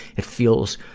it feels,